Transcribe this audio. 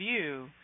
view